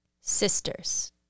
Sisters